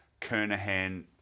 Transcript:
Kernahan